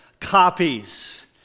copies